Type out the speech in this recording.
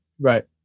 Right